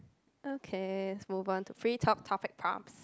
okay move on to free talk topic prompts